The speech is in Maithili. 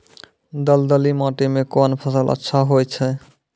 दलदली माटी म कोन फसल अच्छा होय छै?